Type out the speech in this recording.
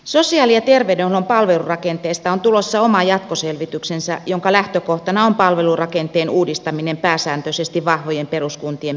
sosiaali ja terveydenhuollon palvelurakenteesta on tulossa oma jatkoselvityksensä jonka lähtökohtana on palvelurakenteen uudistaminen pääsääntöisesti vahvojen peruskuntien perustalle